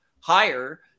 higher